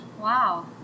Wow